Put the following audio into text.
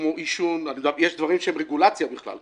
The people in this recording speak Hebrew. כמו עישון יש דברים שהם רגולציה בכלל,